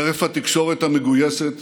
חרף התקשורת המגויסת,